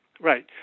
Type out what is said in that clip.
right